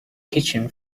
kitchen